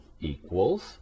Equals